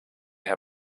herr